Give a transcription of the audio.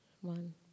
one